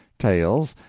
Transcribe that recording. tales,